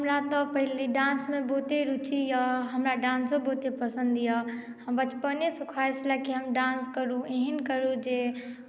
हमरा तऽ पहिने डांसमे बहुते रूचि यए हमरा डांसो बहुते पसन्द यए हमर बचपनेसँ ख्वाहिश छले जे डांस करू एहन करू जे